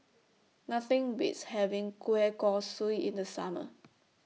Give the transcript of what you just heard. Nothing Beats having Kueh Kosui in The Summer